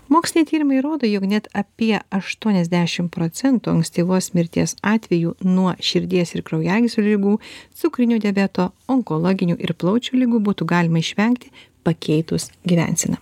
moksliniai tyrimai rodo jog net apie aštuoniasdešim procentų ankstyvos mirties atvejų nuo širdies ir kraujagyslių ligų cukrinio diabeto onkologinių ir plaučių ligų būtų galima išvengti pakeitus gyvenseną